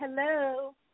Hello